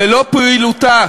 ללא פעילותה